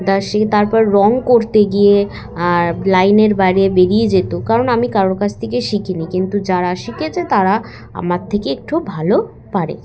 সে তারপর রঙ করতে গিয়ে আর লাইনের বাইরে বেরিয়ে যেত কারণ আমি কারোর কাছ থেকে শিখিনি কিন্তু যারা শিখেছে তারা আমার থেকে একটু ভালো পারে